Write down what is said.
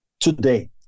Today